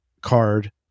card